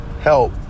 help